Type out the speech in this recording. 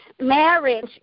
Marriage